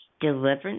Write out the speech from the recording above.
Deliverance